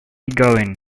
going